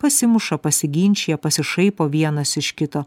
pasimuša pasiginčija pasišaipo vienas iš kito